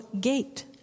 gate